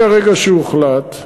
מהרגע שהוחלט,